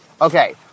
Okay